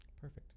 Perfect